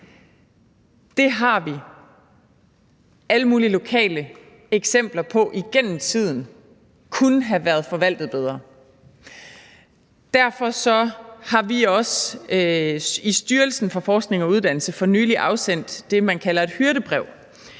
Det har vi alle mulige lokale eksempler på igennem tiden kunne have været forvaltet bedre. Derfor har vi også i Styrelsen for Forskning og Uddannelse for nylig afsendt det, man kalder et hyrdebrev,